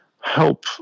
help